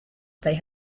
they